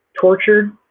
tortured